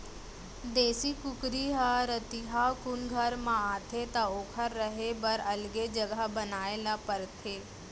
देसी कुकरी ह रतिहा कुन घर म आथे त ओकर रहें बर अलगे जघा बनाए ल परथे